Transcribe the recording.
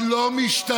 היא לא משתנה,